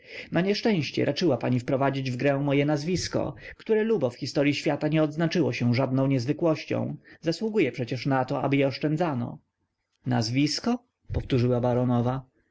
na nieszczęście raczyła pani wprowadzić w grę moje nazwisko które lubo w historyi świata nie odznaczyło się żadną niezwykłością zasługuje przecież na to aby je oszczędzano nazwisko powtórzyła baronowa